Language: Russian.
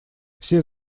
все